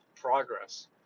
progress